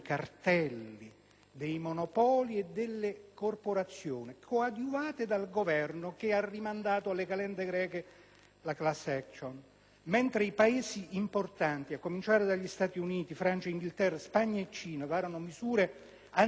dei monopoli e delle corporazioni (coadiuvate dal Governo che ha rimandato alle calende greche la *class action*); mentre i Paesi importanti, a cominciare da Stati Uniti, Francia, Inghilterra, Spagna e Cina, varano misure anticicliche